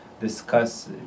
discuss